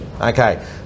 okay